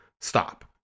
stop